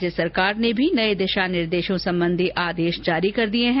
राज्य सरकार ने भी नए दिशा निर्देशों संबंधी आदेश जारी कर दिए है